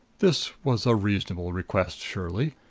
this was a reasonable request surely,